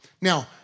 Now